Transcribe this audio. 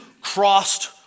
crossed